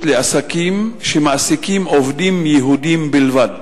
לעסקים שמעסיקים עובדים יהודים בלבד.